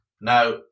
Now